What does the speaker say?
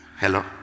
hello